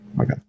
okay